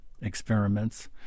experiments